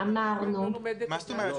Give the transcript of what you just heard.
ואמרנו-- מה זאת אומרת?